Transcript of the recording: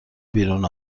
بیرون